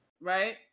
right